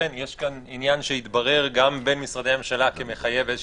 יש כאן עניין שהתברר גם בין משרדי הממשלה כמחייב התייחסות,